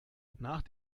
nach